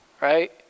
Right